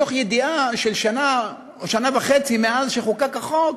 מתוך ידיעה שאחרי שנה, שנה וחצי, מאז שחוקק החוק,